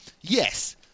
Yes